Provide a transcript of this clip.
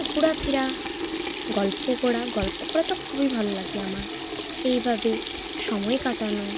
ঘোরাফেরা গল্প করা গল্প করা তো খুবই ভালো লাগে আমার এইভাবে সময় কাটানো